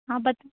आप बता